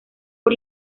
por